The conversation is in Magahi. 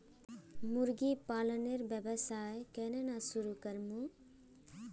मुर्गी पालनेर व्यवसाय केन न शुरु करमु